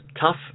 tough